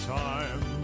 time